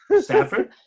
Stafford